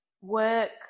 work